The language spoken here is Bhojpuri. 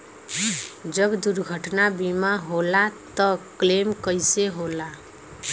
जब दुर्घटना बीमा होला त क्लेम कईसे होला?